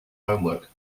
homework